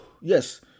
Yes